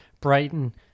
brighton